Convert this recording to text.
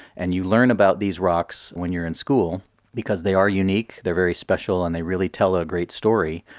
and you learn about these rocks when you are in school because they are unique, they are very special and they really tell a great story.